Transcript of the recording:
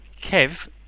Kev